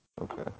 Okay